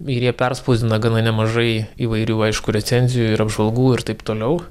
ir jie perspausdina gana nemažai įvairių aišku recenzijų ir apžvalgų ir taip toliau